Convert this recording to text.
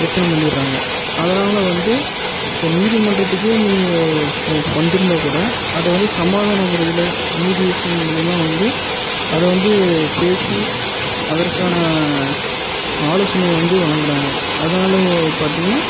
பிரச்சனை பண்ணிடுகிறாங்க அதனால் வந்து சரி நீதிமன்றத்துக்கே நீங்கள் போ ஃப் வந்துருந்தால் கூட அதை வந்து சமாதான முறையில் மீடியேஷன் மூலிமா வந்து அதை வந்து பேசி அதற்கான ஆலோசனையை வந்து வழங்கறாங்க அதனால் பார்த்தீங்கன்னா